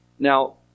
Now